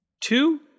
two